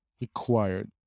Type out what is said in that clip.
required